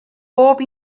bob